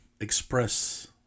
express